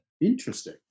Interesting